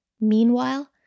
Meanwhile